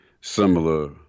similar